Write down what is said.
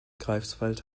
greifswald